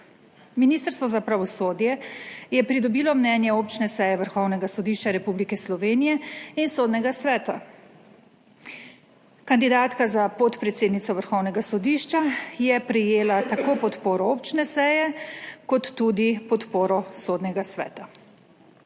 Ministrstvo za pravosodje je pridobilo mnenje občne seje Vrhovnega sodišča Republike Slovenije in Sodnega sveta. Kandidatka za podpredsednico Vrhovnega sodišča je prejela tako podporo občne seje kot tudi podporo Sodnega sveta.